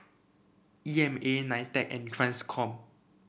E M A Nitec and Transcom